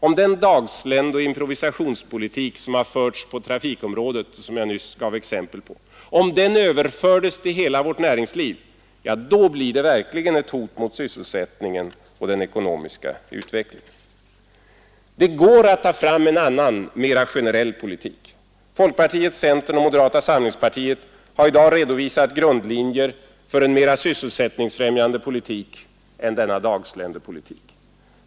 Om den dagsländeoch improvisationspolitik som förts på trafikområdet och som jag nyss gav exempel på överfördes till hela vårt näringsliv — ja, då blir det verkligen ett hot mot sysselsättningen och den ekonomiska utvecklingen. Det går att ta fram en annan, mera generell politik. Folkpartiet, centern och moderata samlingspartiet har i dag redovisat grundlinjer för en mera sysselsättningsfrämjande politik än dagsländepolitiken.